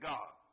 God